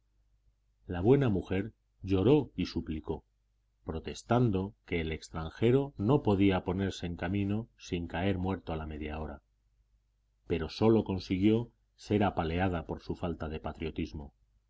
la buena mujer lloró y suplicó protestando que el extranjero no podía ponerse en camino sin caer muerto a la media hora pero sólo consiguió ser apaleada por su falta de patriotismo